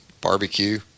Barbecue